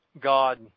God